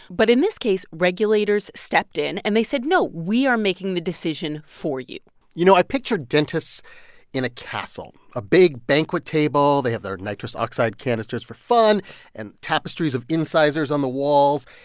but in this case, regulators stepped in. and they said, no, we are making the decision for you you know, i picture dentists in a castle a big banquet table. they have their nitrous oxide canisters for fun and tapestries of incisors on the walls.